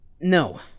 No